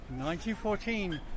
1914